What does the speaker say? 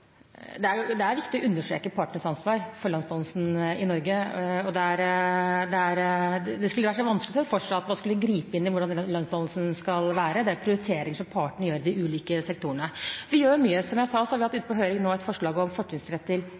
Det er viktig å understreke partenes ansvar for lønnsdannelsen i Norge. Det er litt vanskelig å se for seg at man skal gripe inn i hvordan lønnsdannelsen skal være. Det er prioriteringer som partene gjør i de ulike sektorene. Vi gjør mye. Som jeg sa, har vi nå hatt ute på høring et forslag om fortrinnsrett til